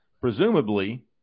presumably